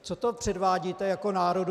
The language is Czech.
Co to předvádíte jako národu?